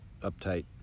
uptight